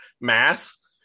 mass